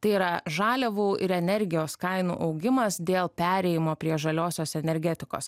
tai yra žaliavų ir energijos kainų augimas dėl perėjimo prie žaliosios energetikos